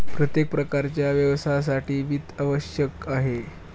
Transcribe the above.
प्रत्येक प्रकारच्या व्यवसायासाठी वित्त आवश्यक आहे